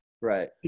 right